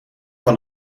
van